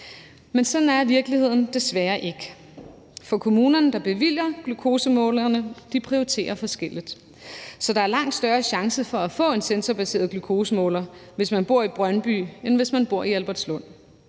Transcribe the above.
men sådan er virkeligheden desværre ikke. For kommunerne, der bevilger glukosemålerne, prioriterer forskelligt, så der er langt større chance for at få en sensorbaseret glukosemåler, hvis man bor i Brøndby, end hvis man bor i Albertslund,